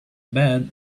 bad